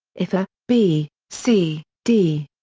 if a, b, c, d.